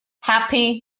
happy